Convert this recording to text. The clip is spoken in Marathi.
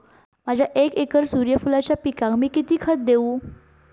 माझ्या एक एकर सूर्यफुलाच्या पिकाक मी किती खत देवू?